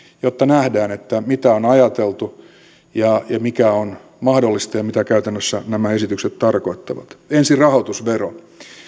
jotta nähdään mitä on on ajateltu ja mikä on mahdollista ja mitä käytännössä nämä esitykset tarkoittavat ensin rahoitusvero